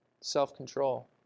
self-control